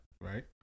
Right